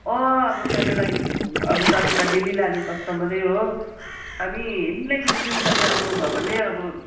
अँ अब तपाईँलाई अब तपाईँ त डेली लाने कस्टमरै हो हामी मिलाइदिन्छौँ तपाईँ आउनुभयो भने अब